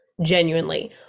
genuinely